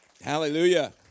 Hallelujah